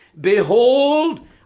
Behold